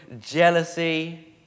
jealousy